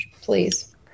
please